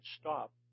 stop